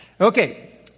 Okay